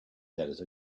editor